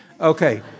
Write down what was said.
Okay